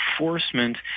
enforcement